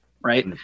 right